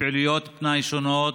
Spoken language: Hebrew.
בפעילויות פנאי שונות,